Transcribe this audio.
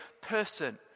person